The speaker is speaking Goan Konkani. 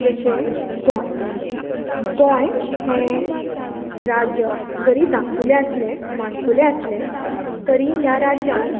जशें गोंय गोंय हें राज्य जरी धाकटुलें आसलें माणकुलें आसलें तरी ह्या राज्यांत